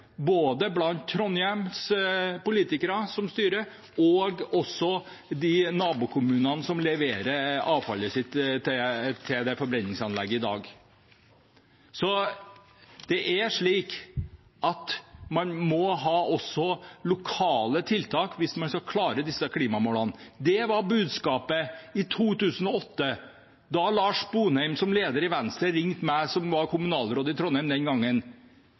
blant både Trondheims politikere som styrer, og også nabokommunene som leverer avfallet sitt til forbrenningsanlegget i dag. Det er slik at man også må ha lokale tiltak hvis man skal klare å nå disse klimamålene. Det var budskapet i 2008, da Lars Sponheim som leder i Venstre ringte meg, som var kommunalråd i Trondheim den